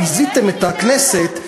ביזיתם את הכנסת,